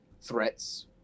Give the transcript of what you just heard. threats